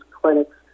clinics